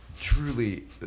truly